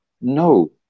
no